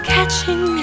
Catching